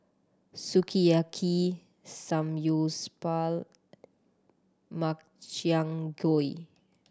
Sukiyaki Samgyeopsal Makchang Gui